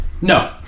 No